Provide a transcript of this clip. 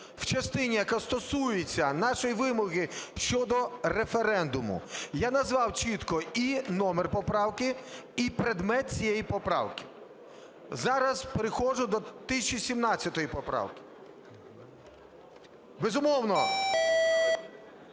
в частині, яка стосується нашої вимоги щодо референдуму. Я назвав чітко і номер поправки, і предмет цієї поправки. Зараз переходжу до 1017 поправки. Безумовно,